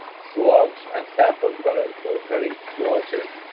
swatch and sample cutters for cutting swatches.